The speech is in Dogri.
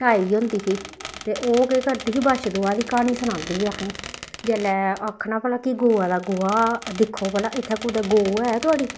ताई होंदी ही ते ओह् केह् करदी ही बच्छ दुआह् दी क्हानी सनांदी ही असें गी जेल्लै आखना भला कि गौआ दा गोहा दिक्खो भला इत्थै कुतै गौ है थुआढ़ी